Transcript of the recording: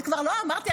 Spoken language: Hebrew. לא אמרתי,